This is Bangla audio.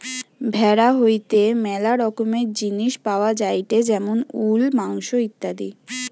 ভেড়া হইতে ম্যালা রকমের জিনিস পাওয়া যায়টে যেমন উল, মাংস ইত্যাদি